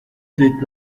did